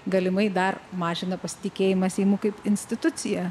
galimai dar mažina pasitikėjimą seimu kaip institucija